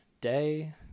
day